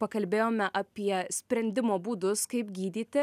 pakalbėjome apie sprendimo būdus kaip gydyti